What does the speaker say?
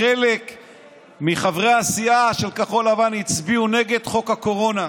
חלק מחברי הסיעה של כחול לבן הצביעו נגד חוק הקורונה.